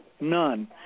None